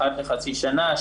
אחת לחצי שנה,